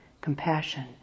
compassion